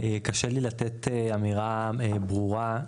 קשה לי לתת אמירה ברורה,